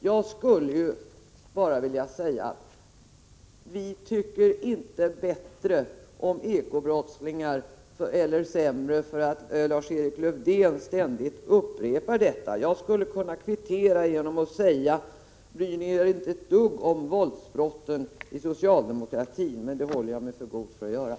Jag vill bara säga att vi inte tycker bättre eller sämre om ekobrottslingar därför att Lars-Erik Löwdén ständigt upprepar sina påståenden. Jag skulle kunna kvittera genom att fråga: Bryr sig socialdemokratin inte ett dugg om våldsbrotten? Men det håller jag mig för god för att fråga.